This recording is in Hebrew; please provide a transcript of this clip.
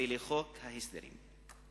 ולחוק ההסדרים.